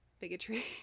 bigotry